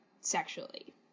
sexually